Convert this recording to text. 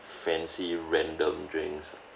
fancy random drinks ah